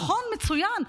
נכון, מצוין.